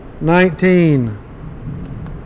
Nineteen